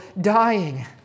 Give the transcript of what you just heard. dying